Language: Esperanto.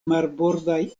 marbordaj